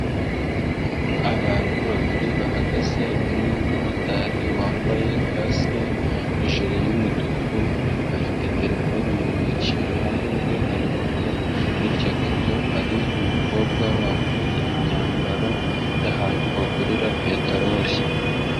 Abantu babiri bahagaze, umwe w'umumotari wambaye kasike, hejuru y'umutuku afite telefone mu ntoki, iruhande rwe hari moto, hirya gato hari umukobwa wambaye imyambaro y'ahantu bagurira peteroli.